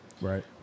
Right